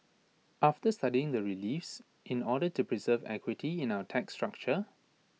after studying the reliefs in order to preserve equity in our tax structure